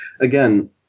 again